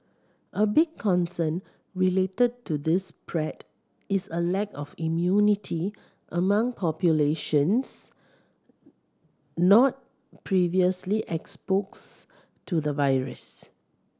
a big concern related to this spread is a lack of immunity among populations not previously exposed to the virus